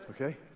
Okay